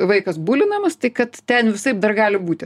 vaikas bulinamas tai kad ten visaip dar gali būti